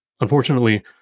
Unfortunately